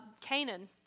Canaan